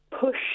push